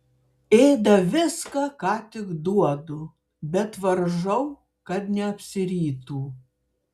ėda viską ką tik duodu bet varžau kad neapsirytų